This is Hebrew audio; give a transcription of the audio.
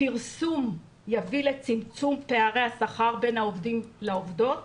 הפרסום יביא לצמצום פערי השכר בין העובדים לעובדות,